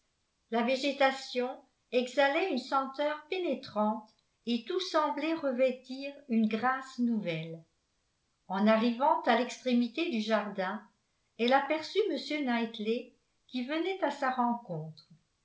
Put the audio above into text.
la végétation exhalait une senteur pénétrante et tout semblait revêtir une grâce nouvelle en arrivant à l'extrémité du jardin elle aperçut m knightley qui venait à sa rencontre